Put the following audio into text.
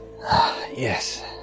Yes